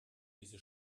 diese